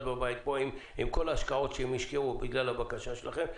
בבית פה עם כל ההשקעות שהם השקיעו בגלל הבקשה שלכם.